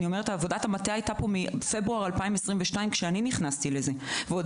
עבודת המטה הייתה מפברואר 2022 כשאני נכנסתי לזה ועוד